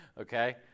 okay